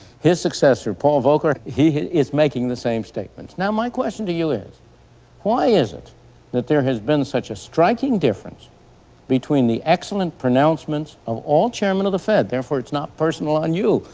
his successor, paul volcker, he is making the same statements. now my question to you is why is it that there has been such a striking difference between the excellent pronouncements of all chairmen of the fed therefore it's not personal on you,